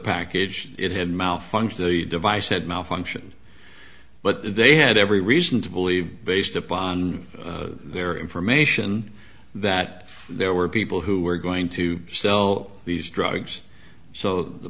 package it had malfunctioned the device had malfunctioned but they had every reason to believe based upon their information that there were people who were going to sell these drugs so the